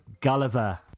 Gulliver